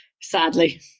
sadly